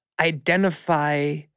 identify